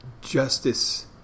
justice